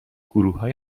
گروههای